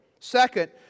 Second